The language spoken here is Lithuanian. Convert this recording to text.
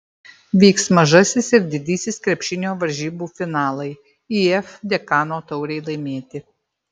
vyks mažasis ir didysis krepšinio varžybų finalai if dekano taurei laimėti